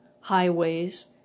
highways